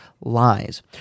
lies